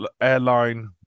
airline